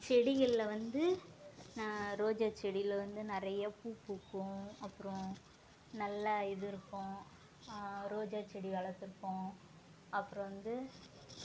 செடிகள்ல வந்து நான் ரோஜா செடியில வந்து நிறய பூ பூக்கும் அப்புறம் நல்லா இது இருக்கும் ரோஜா செடி வளர்த்துருப்போம் அப்புறம் வந்து